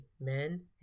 men